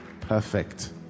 Perfect